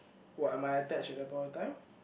what am I attached at the point of time